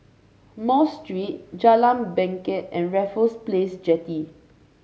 Mosque Street Jalan Bangket and Raffles Place Jetty